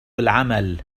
العمل